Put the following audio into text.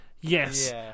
Yes